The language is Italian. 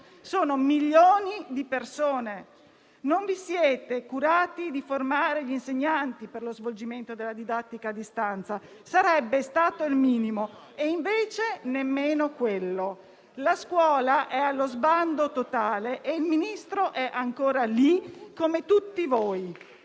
Sono milioni di persone. Non vi siete curati di formare gli insegnanti per lo svolgimento della didattica a distanza. Sarebbe stato il minimo, e invece nemmeno quello. La scuola è allo sbando totale e il Ministro è ancora lì come tutti voi.